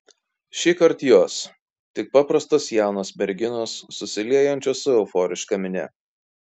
šįkart jos tik paprastos jaunos merginos susiliejančios su euforiška minia